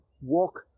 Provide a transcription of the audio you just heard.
walk